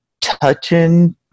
touching